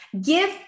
Give